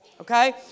Okay